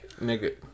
Nigga